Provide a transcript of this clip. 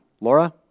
Laura